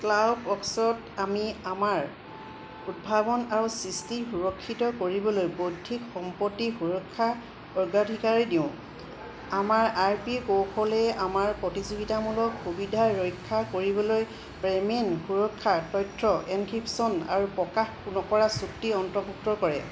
cloud ৱৰ্কছত আমি আমাৰ উদ্ভাৱন আৰু সৃষ্টি সুৰক্ষিত কৰিবলৈ বৌদ্ধিক সম্পত্তি সুৰক্ষাক অগ্ৰাধিকাৰ দিওঁ আমাৰ আই পি কৌশলে আমাৰ প্ৰতিযোগিতামূলক সুবিধা ৰক্ষা কৰিবলৈ পে'মেণ্ট সুৰক্ষা তথ্য এনক্ৰিপশ্যন আৰু প্ৰকাশ নকৰা চুক্তি অন্তৰ্ভুক্ত কৰে